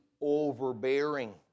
overbearing